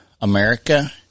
America